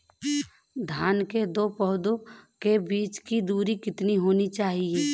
धान के दो पौधों के बीच की दूरी कितनी होनी चाहिए?